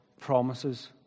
promises